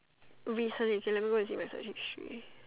recently I can not remember where is the history